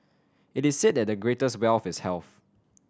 it is said that the greatest wealth is health